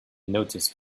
noticed